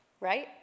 right